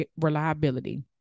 reliability